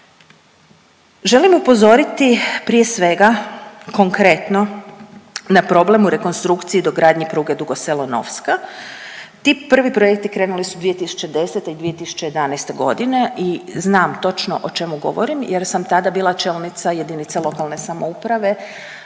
Želim upozoriti prije svega, konkretno na problem u rekonstrukciji i dogradnji pruge Dugo Selo-Novska, ti prvi projekti krenuli su 2010. i 2011. g. i znam točno o čemu govorim jer sam tada bila čelnica jedinice lokalne samouprave